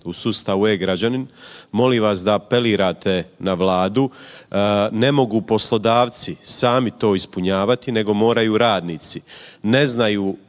u sustavu e-građanin, molim vas da apelirate na Vladu, ne mogu poslodavci sami to ispunjavati nego moraju radnici, ne znaju